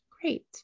great